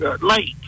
late